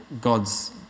God's